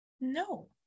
No